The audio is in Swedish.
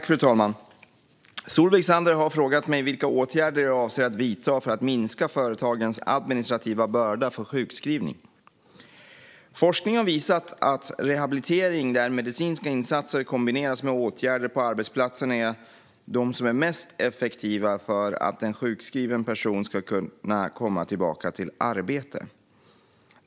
Fru talman! har frågat mig vilka åtgärder jag avser att vidta för att minska företagens administrativa börda för sjukskrivningar. Forskning har visat att rehabilitering där medicinska insatser kombineras med åtgärder på arbetsplatsen är de som är mest effektiva för att en sjukskriven person ska kunna komma tillbaka till arbete.